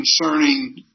concerning